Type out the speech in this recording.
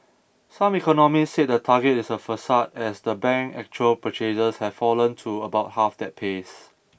some economists said the target is a facade as the bank's actual purchases have fallen to about half that pace